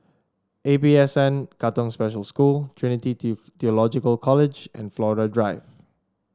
A P S N Katong Special School Trinity Theological College and Flora Drive